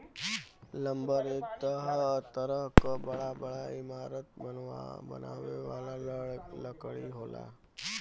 lumber एक तरह क बड़ा बड़ा इमारत बनावे वाला लकड़ी होला